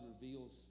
reveals